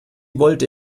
wollte